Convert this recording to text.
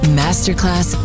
masterclass